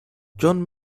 john